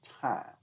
time